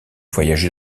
voyagé